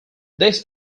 this